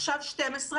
עכשיו 12:00,